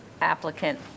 applicant